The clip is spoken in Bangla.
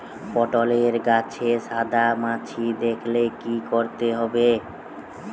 পটলে গাছে সাদা মাছি দেখালে কি করতে হবে?